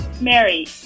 Mary